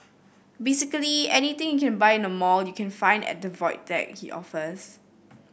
basically anything you can buy in a mall you can find at the Void Deck he offers